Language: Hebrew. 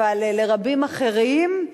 אבל לרבים אחרים,